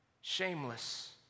shameless